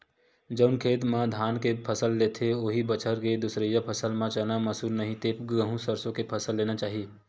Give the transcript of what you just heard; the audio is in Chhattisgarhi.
जउन खेत म धान के फसल लेथे, उहीं बछर के दूसरइया फसल म चना, मसूर, नहि ते गहूँ, सरसो के फसल लेना चाही